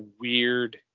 weird